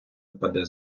впаде